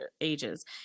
ages